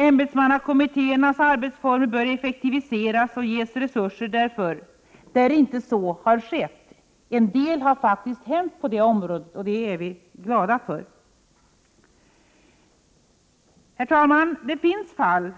Ämbetsmannakommittéernas arbetsformer bör effektiviseras och ges resurser därför, där inte så har skett. En del har faktiskt hänt på det området, och det är vi glada för. Herr talman! Det finns fall